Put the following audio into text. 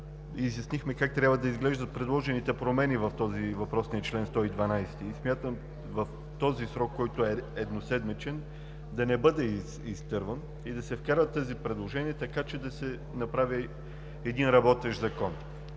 изяснихме как трябва да изглеждат предложените промени във въпросния чл. 112. Надявам се срокът, който е едноседмичен, да не бъде изтърван и да се внесат тези предложения, така че да се направи работещ Закон.